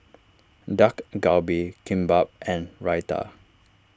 Dak Galbi Kimbap and Raita